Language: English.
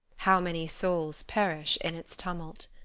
how many souls perish in its tumult!